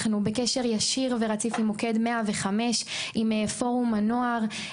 אנחנו בקשר ישיר ורציף עם מוקד 105 עם פורום הנוער,